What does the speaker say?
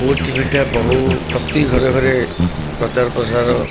ଓଟିଭିଟା ବହୁ ପ୍ରତି ଘରେ ଘରେ ପ୍ରଚାର ପ୍ରସାର